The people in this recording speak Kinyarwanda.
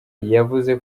yavuze